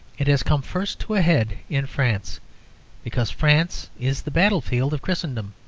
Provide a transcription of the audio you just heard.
it has come first to a head in france because france is the battlefield of christendom.